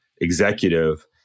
executive